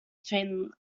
between